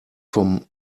vom